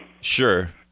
Sure